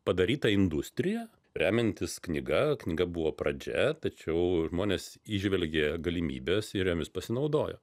padaryta industrija remiantis knyga knyga buvo pradžia tačiau žmonės įžvelgė galimybes ir jomis pasinaudojo